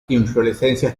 inflorescencias